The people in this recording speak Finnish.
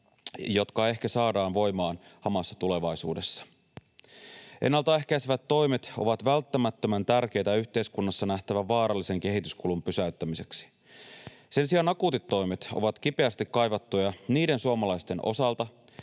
jotka ehkä saadaan voimaan hamassa tulevaisuudessa. Ennaltaehkäisevät toimet ovat välttämättömän tärkeitä yhteiskunnassa nähtävän vaarallisen kehityskulun pysäyttämiseksi. Sen sijaan akuutit toimet ovat kipeästi kaivattuja niiden suomalaisten osalta,